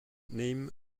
name